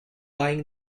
buying